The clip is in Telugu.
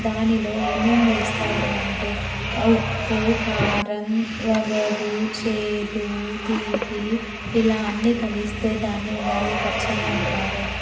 దానిలో ఏమేమి వేస్తారు అంటే ఉప్పు కారం వగరు చేదు తీపి ఇలా అన్ని కలిస్తే దాన్ని ఉగాది పచ్చడి అంటారు